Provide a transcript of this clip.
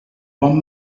bon